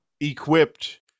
equipped